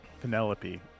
Penelope